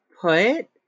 put